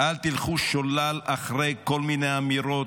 אל תלכו שולל אחרי כל מיני אמירות